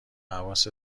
حواست